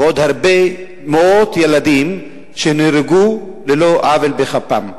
ועוד הרבה, מאות ילדים שנהרגו ללא עוול בכפם.